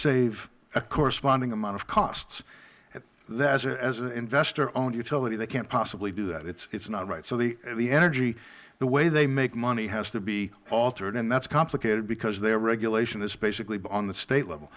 have a corresponding amount of costs as an investor owned utility they can't possibly do that it is not right so the energy the way they make money has to be altered and that is complicated because their regulation is basically on the state level